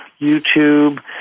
YouTube